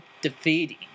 defeating